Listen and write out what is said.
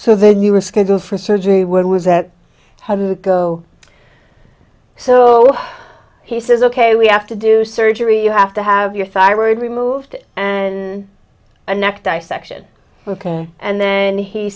then you were scheduled for surgery where was that to go so he says ok we have to do surgery you have to have your thyroid removed and a neck dissection ok and then he